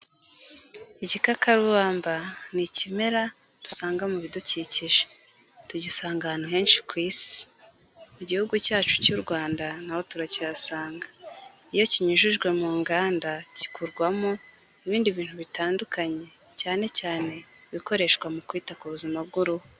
Igikakarubamba ni ikimera dusanga mu bidukikije. Tugisanga ahantu henshi ku isi. Mu gihugu cyacu cy'u Rwanda naho turacyihasanga. Iyo kinyujijwe mu nganda gikurwamo ibindi bintu bitandukanye, cyane cyane ibikoreshwa mu kwita ku buzima bw'uruhu.